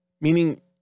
Meaning